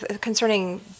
concerning